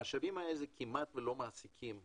המשאבים האלה כמעט ולא מעסיקים אנשים,